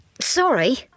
Sorry